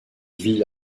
vit